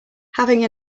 having